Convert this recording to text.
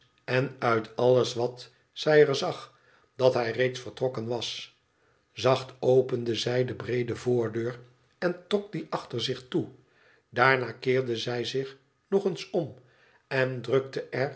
en uit alles wat zij er zag dat hij reeds vertrokken was zacht opende zij de breede voordeur en trok die achter zich toe daarna keerde zij zich nog eens om en drukte